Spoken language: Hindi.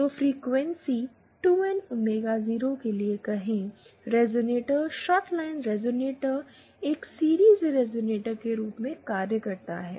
तो फ़्रीक्वेंसी 2 एन ओमेगा 0 के लिए कहें रेज़ोनेटर शॉर्ट लाइन रेज़ोनेटर एक सीरिज़ रिजोनेटर के रूप में कार्य करता है